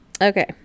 Okay